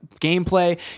gameplay